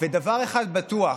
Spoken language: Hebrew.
אבל דבר אחד בטוח: